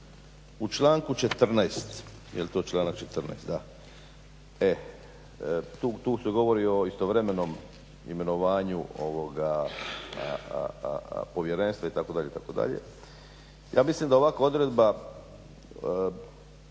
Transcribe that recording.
U članku 14., jel to članak 14.? Da. E tu se govori o istovremenom imenovanju povjerenstva itd., itd. Ja mislim da ovakva odredba,